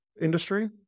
industry